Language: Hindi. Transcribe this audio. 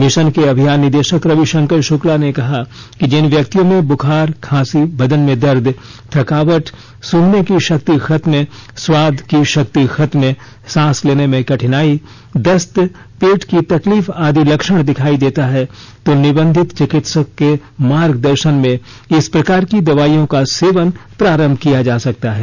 मिशन के अभियान निदेशक रविशंकर शक्ला ने कहा कि जिन व्यक्तियों में बुखार खांसी बदन में दर्द थकावट सुंघने की शक्ति खत्म स्वाद की शक्ति खत्म सांस लेने में कठिनाई दस्त पेट की तकलीफ आदि लक्षण दिखाई देता है तो निबंधित चिकित्सक के मार्गदर्शन में इस प्रकार की दवाओं का सेवन प्रांरभ किया जा सकता है